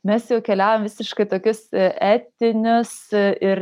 mes jau keliaujam visiškai tokius etinius ir